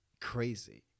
Crazy